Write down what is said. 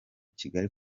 kigali